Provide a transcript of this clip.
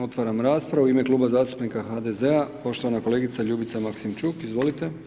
Otvaram raspravu, u ime Kluba zastupnika HDZ-a poštovana kolegica Ljubica Maksimčuk, izvolite.